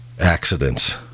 accidents